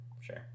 Sure